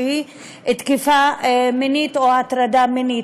תקיפה מינית או הטרדה מינית,